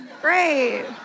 great